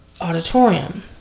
auditorium